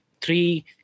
three